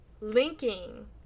linking